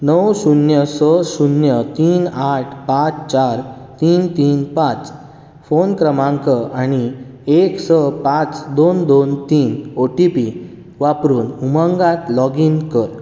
णव शुन्य स शुन्य तीन आठ पांच चार तीन तीन पांच फोन क्रमांक आनी एक स पांच दोन दोन तीन ओ टी पी वापरून उमंगात लॉगीन कर